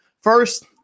First